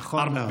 נכון מאוד.